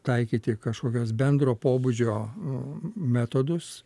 taikyti kažkokius bendro pobūdžio metodus